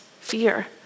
fear